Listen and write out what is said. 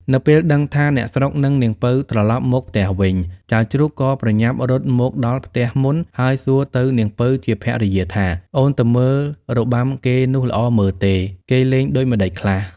នៅពេលដឹងថាអ្នកស្រុកនិងនាងពៅត្រឡប់មកផ្ទះវិញ ចៅជ្រូកក៏ប្រញាប់រត់មកដល់ផ្ទះមុន ហើយសួរទៅនាងពៅជាភរិយាថា អូនទៅមើលរបាំគេនោះល្អមើលទេ? គេលេងដូចម្ដេចខ្លះ?។